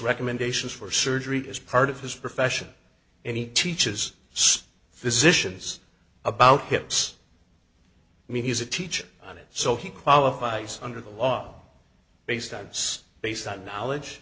recommendations for surgery as part of his profession and he teaches physicians about hits me he's a teacher on it so he qualifies under the law based on it's based on knowledge